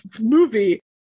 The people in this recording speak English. movie